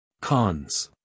Cons